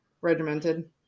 regimented